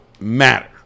matter